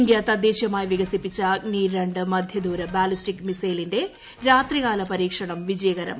ന് ഇന്ത്യ തദ്ദേശീയമായി വിക്സിപ്പിച്ച അഗ്നി രണ്ട് മധ്യ ദൂര ബാലിസ്റ്റിക് മിസൈല്പിന്റെ രാത്രികാല പരീക്ഷണം വിജയകരം